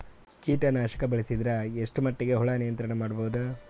ಕೀಟನಾಶಕ ಬಳಸಿದರ ಎಷ್ಟ ಮಟ್ಟಿಗೆ ಹುಳ ನಿಯಂತ್ರಣ ಮಾಡಬಹುದು?